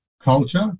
culture